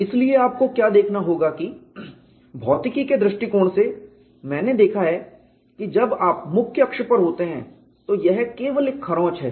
इसलिए आपको क्या देखना होगा कि भौतिकी के दृष्टिकोण से है मैंने देखा है कि जब आप मुख्य अक्ष पर होते हैं तो यह केवल एक खरोंच है